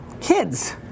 kids